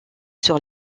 sur